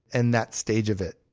and that stage of it.